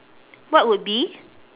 what would be